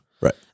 Right